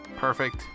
perfect